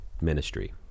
ministry